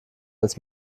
als